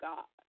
God